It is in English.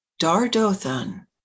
Dardothan